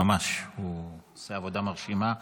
הוא ממש עושה עבודה מרשימה.